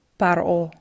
paro